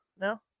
no